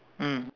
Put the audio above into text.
mm